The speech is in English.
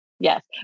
Yes